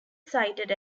sighted